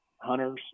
hunters